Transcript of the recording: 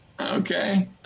Okay